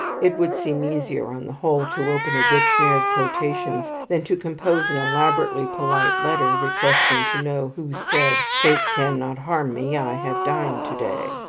it would seem easier, on the whole, to open a dictionary of quotations than to compose an elaborately polite letter, requesting to know who said fate cannot harm me i have dined to-day.